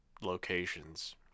locations